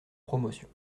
promotion